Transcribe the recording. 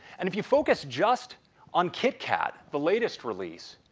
and if you focus just on kitkat, the latest release.